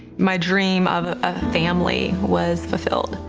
my dream of a ah family was fulfilled.